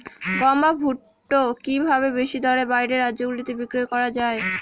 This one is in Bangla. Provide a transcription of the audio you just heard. গম বা ভুট্ট কি ভাবে বেশি দরে বাইরের রাজ্যগুলিতে বিক্রয় করা য়ায়?